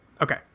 Okay